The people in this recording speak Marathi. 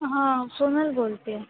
हां सोनल बोलते आहे